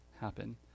happen